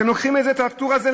אתם לוקחים את הפטור הזה,